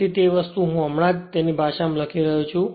તેથી તે વસ્તુ હું હમણાં જ તેની ભાષામાં લખી રહ્યો છું